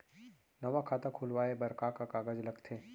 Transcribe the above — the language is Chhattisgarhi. नवा खाता खुलवाए बर का का कागज लगथे?